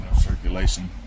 circulation